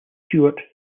stewart